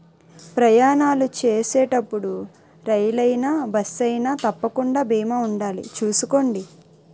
ప్రయాణాలు చేసేటప్పుడు రైలయినా, బస్సయినా తప్పకుండా బీమా ఉండాలి చూసుకోండి